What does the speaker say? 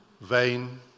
Vain